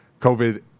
COVID